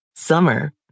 Summer